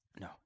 No